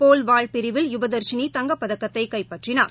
போல்வாள் பிரிவில் யுவதர்ஷினி தங்கப்பதக்கத்தைகைப்பற்றினார்